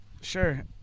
Sure